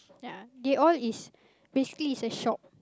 ya they all is basically is a shop